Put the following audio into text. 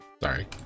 Sorry